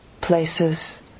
places